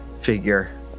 figure